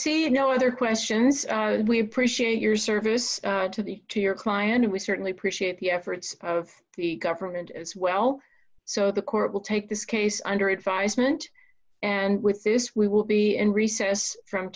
see no other questions we appreciate your service to the to your client and we certainly appreciate the efforts of the government as well so the court will take this case under advisement and with this we will be in recess from